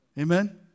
Amen